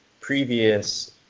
previous